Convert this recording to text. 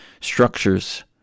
structures